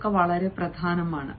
അതിനാൽ അത് വളരെ പ്രധാനമാണ്